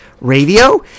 radio